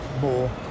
more